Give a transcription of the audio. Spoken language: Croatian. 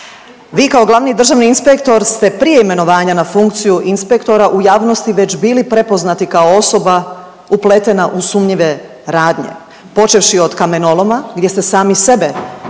Vi kao glavni državni inspektor ste prije imenovanja na funkciju inspektora u javnosti već bili prepoznati kao osoba upletena u sumnjive radnje počevši od kamenoloma, gdje ste sami sebe